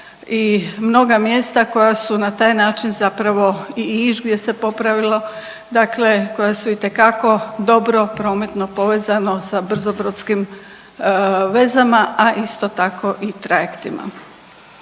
i mnoga mjesta koja su na taj način zapravo i Iž gdje se popravilo, dakle koja su itekako dobro prometno povezano sa brzobrodskim vezama, a isto tako i trajektima.